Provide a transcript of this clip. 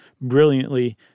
brilliantly